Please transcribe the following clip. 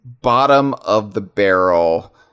bottom-of-the-barrel